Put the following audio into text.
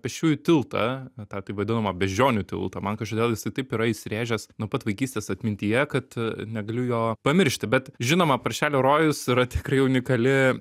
pėsčiųjų tiltą tą taip vadinamą beždžionių tiltą man kažkodėl jisai taip yra įsirėžęs nuo pat vaikystės atmintyje kad negaliu jo pamiršti bet žinoma paršelio rojus yra tikrai unikali